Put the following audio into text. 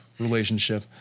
Relationship